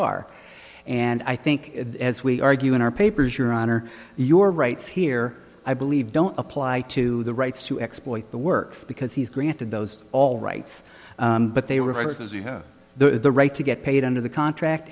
are and i think as we argue in our papers your honor your rights here i believe don't apply to the rights to exploit the works because he's granted those all rights but they were because you have the right to get paid under the contract